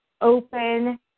open